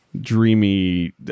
dreamy